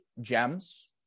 gems